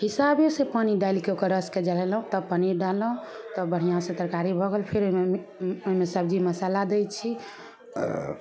हिसाबे से पानि डालिके ओकर रसके जरेलहुॅं तब पनीर डाललहुॅं तब बढ़िऑं सऽ तरकारी भऽ गेल फेर ओहिमे सब्जी मसल्ला दै छी